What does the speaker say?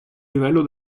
livello